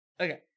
okay